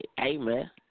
amen